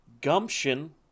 gumption